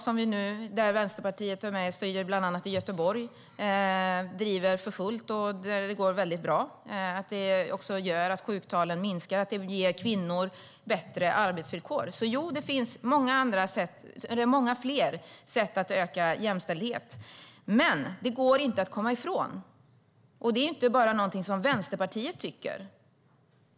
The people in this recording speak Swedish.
Vänsterpartiet är med och driver det för fullt bland annat i Göteborg, och det går väldigt bra. Det gör att sjuktalen minskar och ger kvinnor bättre arbetsvillkor. Det finns många fler sätt att öka jämställdhet. Men det går inte att komma ifrån föräldraförsäkringen. Det är inte något som bara Vänsterpartiet tycker.